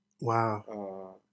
Wow